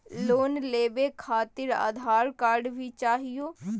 Loan लेवे खातिरआधार card भी चाहियो?